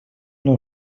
nou